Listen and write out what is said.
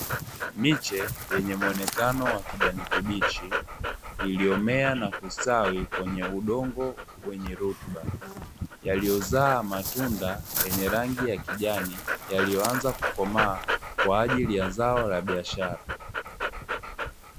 Miche yenye muonekano wa kijani kibichi, iliyomea na kustawi kwenye udongo wenye rutuba, yaliyozaa matunda yenye rangi ya kijani yaliyoanza kukomaa kwa ajili ya zao la biashara.